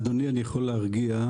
אדוני, אני יכול להרגיע.